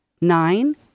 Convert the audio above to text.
Nine